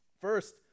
First